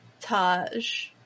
Taj